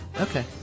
Okay